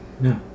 No